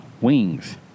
wings